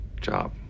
Job